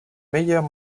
meilleure